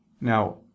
Now